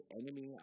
enemy